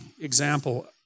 example